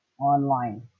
online